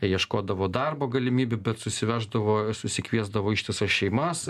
ieškodavo darbo galimybių bet susiverždavo susikviesdavo ištisas šeimas